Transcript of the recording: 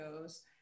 goes